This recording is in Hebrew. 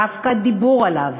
דווקא דיבור עליו,